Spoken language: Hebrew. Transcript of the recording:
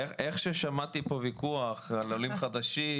איך ששמעתי פה ויכוח על עולים חדשים,